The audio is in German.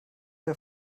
der